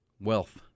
wealth